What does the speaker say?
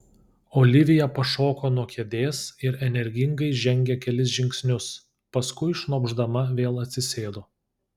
olivija pašoko nuo kėdės ir energingai žengė kelis žingsnius paskui šnopšdama vėl atsisėdo